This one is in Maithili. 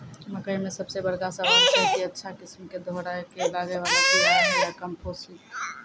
मकई मे सबसे बड़का सवाल छैय कि अच्छा किस्म के दोहराय के लागे वाला बिया या कम्पोजिट सीड कैहनो छैय?